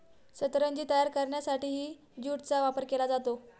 सतरंजी तयार करण्यासाठीही ज्यूटचा वापर केला जातो